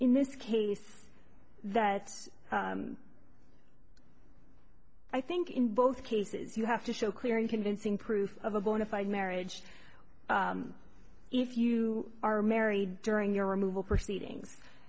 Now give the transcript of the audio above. in this case that i think in both cases you have to show clear and convincing proof of a bona fide marriage if you are married during your removal proceedings